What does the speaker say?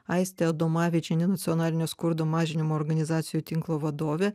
aistė adomavičienė nacionalinio skurdo mažinimo organizacijų tinklo vadovė